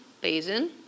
basin